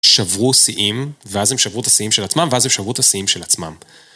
שברו שיאים, ואז הם שברו את השיאים של עצמם, ואז הם שברו את השיאים של עצמם.